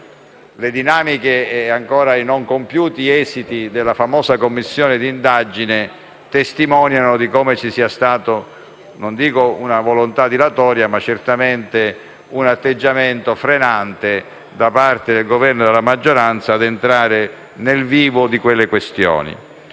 Le dinamiche e gli esiti non compiuti relativi alla famosa Commissione d'inchiesta in materia testimoniano come ci sia stata non una volontà dilatoria, ma certamente un atteggiamento frenante da parte del Governo e della maggioranza ad entrare nel vivo di tali questioni.